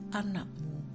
anakmu